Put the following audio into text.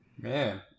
Man